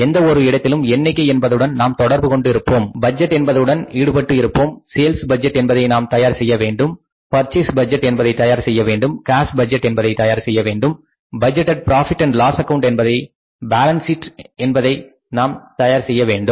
எந்த ஒரு இடத்திலும் எண்ணிக்கை என்பதுடன் நாம் தொடர்பு கொண்டு இருப்போம் பட்ஜெட்டிங் என்பதுடன் ஈடுபட்டு இருப்போம் சேல்ஸ் பட்ஜெட் என்பதை நாம் தயார் செய்ய வேண்டும் பர்ச்சேஸ் பட்ஜெட் என்பதை தயார் செய்ய வேண்டும் கேஷ் பட்ஜெட் தயார் செய்ய வேண்டும் budgeted profit and loss account மற்றும் பாலன்ஸ் சீட் ஆகியவற்றை தயார் செய்ய வேண்டும்